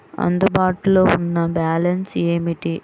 అందుబాటులో ఉన్న బ్యాలన్స్ ఏమిటీ?